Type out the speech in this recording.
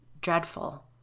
dreadful